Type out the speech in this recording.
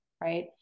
right